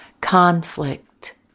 Conflict